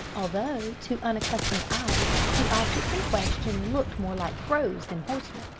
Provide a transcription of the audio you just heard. although to unaccustomed eyes the objects in question looked more like crows than horsemen,